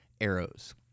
arrows